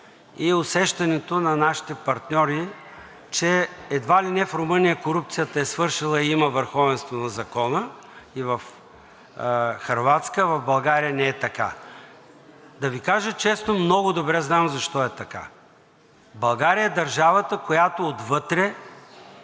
и усещането на нашите партньори, че едва ли не в Румъния корупцията е свършила и има върховенство на закона, и в Хърватска, а в България не е така. Да Ви кажа честно, много добре знам защо е така. България е държавата, която отвътре